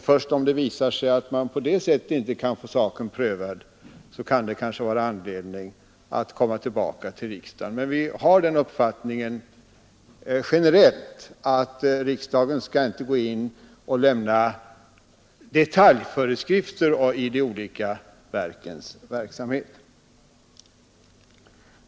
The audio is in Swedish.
Först om det visar sig att man på det sättet inte kan få saken prövad, kan det kanske finnas anledning att komma tillbaka till riksdagen. Vi har generellt den uppfattningen att riksdagen inte skall lämna detaljföreskrifter för de olika verkens verksamhet.